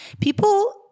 people